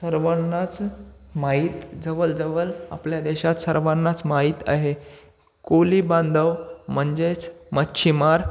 सर्वांनाच माहीत जवळजवळ आपल्या देशात सर्वांनाच माहीत आहे कोळी बांधव म्हणजेच मच्छीमार